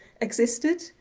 existed